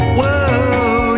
Whoa